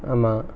ஆமா:aamaa